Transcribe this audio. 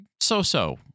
so-so